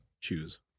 Choose